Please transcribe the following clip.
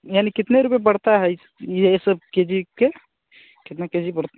यानि कितने रूपये पड़ता है ये सब के जी के कितना के जी पड़